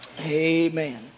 Amen